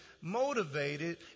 motivated